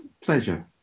Pleasure